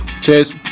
cheers